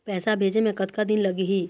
पैसा भेजे मे कतका दिन लगही?